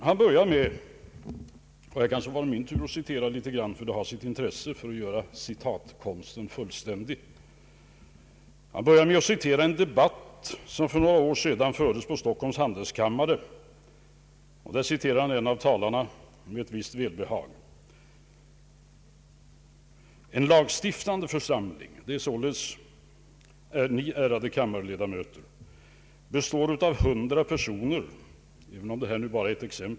Han börjar med — och nu kan det vara min tur att citera litet grand, och det har sitt intresse för att göra citatkonsten fullständig — att återge en debatt som för några år sedan fördes på Stockholms handelskammare. Han citerar en av talarna med ett visst välbehag: ”En lagstiftande församling” — det är således ni, ärade kammarledamöter — ”består av 100 personer.”